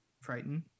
frightened